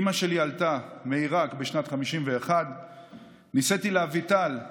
אימא שלי עלתה מעיראק בשנת 1951. נישאתי לאביטל,